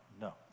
no